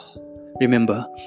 remember